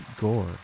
Gore